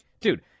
Dude